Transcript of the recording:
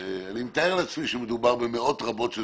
אני מתאר לעצמי שמדובר במאות רבות של